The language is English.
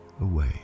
away